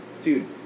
dude